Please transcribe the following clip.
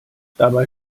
dabei